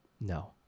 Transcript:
no